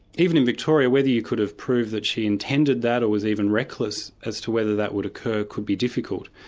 even in victoria, whether you could have proved that she intended that, or was even reckless as to whether that would occur, could be difficult.